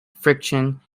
friction